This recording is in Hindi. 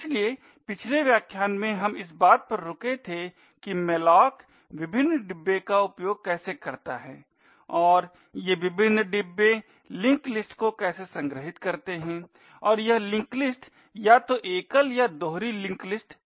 इसलिए पिछले व्याख्यान में हम इस बात पर रुके थे कि malloc विभिन्न डिब्बे का उपयोग कैसे करता है और ये विभिन्न डिब्बे लिंक लिस्ट को कैसे संग्रहीत करते हैं और यह लिंक लिस्ट या तो एकल या दोहरी लिंक लिस्ट है